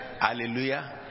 Hallelujah